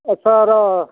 आटसा र'